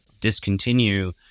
discontinue